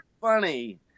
funny